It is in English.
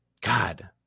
God